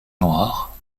noirs